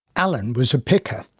ah and was a picker.